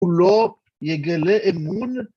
‫ולא יגלה אמון.